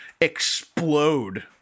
explode